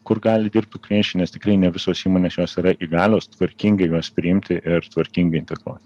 kur gali dirbti ukrainiečiai nes tikrai ne visos įmonės jos yra įgalios tvarkingai juos priimti ir tvarkingai integruoti